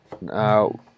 Now